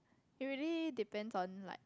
it really depends on like